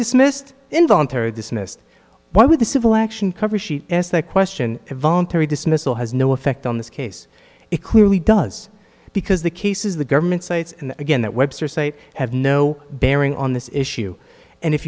dismissed involuntary dismissed why would the civil action cover she asked that question a voluntary dismissal has no effect on this case it clearly does because the case is the government sites and again that webster site have no bearing on this issue and if